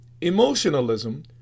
emotionalism